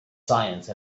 science